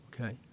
Okay